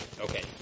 Okay